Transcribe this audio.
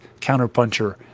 counterpuncher